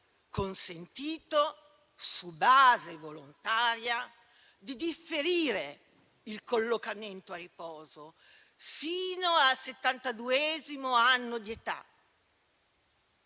consentito, su base volontaria, di differire il collocamento a riposo fino al settantaduesimo anno di età.